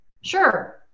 Sure